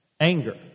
anger